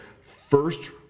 first